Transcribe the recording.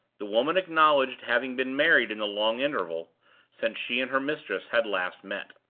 the woman acknowledged having been married in the long interval since she and her mistress had last met.